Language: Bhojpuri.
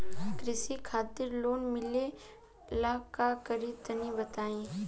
कृषि खातिर लोन मिले ला का करि तनि बताई?